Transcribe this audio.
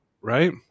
right